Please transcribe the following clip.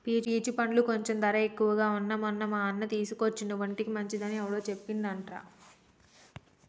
peach పండ్లు కొంచెం ధర ఎక్కువగా వున్నా మొన్న మా అన్న తీసుకొచ్చిండు ఒంటికి మంచిది అని ఎవరో చెప్పిండ్రంట